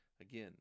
again